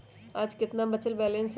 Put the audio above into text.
आज केतना बचल बैलेंस हई?